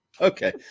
Okay